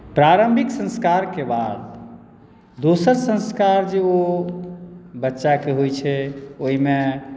प्रारम्भिक संस्कारके बाद दोसर संस्कार जे ओ बच्चाके होइत छै ओहिमे